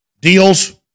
Deals